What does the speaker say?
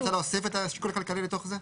את רוצה להוסיף את השיקול הכלכלי לתוך זה?